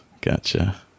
Gotcha